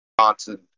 Johnson